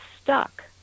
stuck